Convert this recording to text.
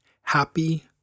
happy